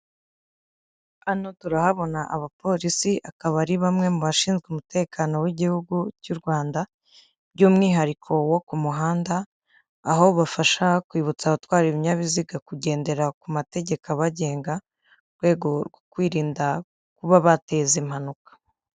Hano turahabona abapolisi akaba ari bamwe mu bashinzwe umutekano w'igihugu cy'u rwanda by'umwihariko wo ku muhanda aho bafasha kwibutsa abatwara ibinyabiziga kugendera ku mategeko bagenga mu rwego rwo kwirinda kuba bateza impanuka.